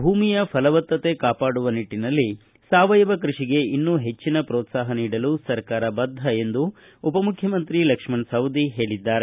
ಭೂಮಿಯ ಫಲವತ್ತತೆ ಕಾಪಾಡುವ ನಿಟ್ಟನಲ್ಲಿ ಸಾವಯವ ಕೃಷಿಗೆ ಇನ್ನೂ ಹೆಚ್ಚಿನ ಪೋತ್ಸಾಹ ನೀಡಲು ಸರ್ಕಾರ ಬದ್ದ ಎಂದು ಉಪ ಮುಖ್ಯಮಂತ್ರಿ ಲಕ್ಷ್ಮಣ ಸವದಿ ಹೇಳದ್ದಾರೆ